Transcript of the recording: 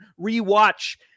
rewatch